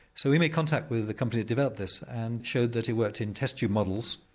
so we made contact with the company that developed this and showed that it worked in test tube models,